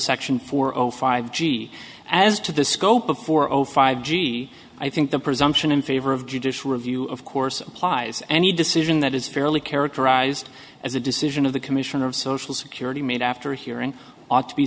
section four zero five g as to the scope of for over five g i think the presumption in favor of judicial review of course applies any decision that is fairly characterized as a decision of the commissioner of social security made after hearing ought to be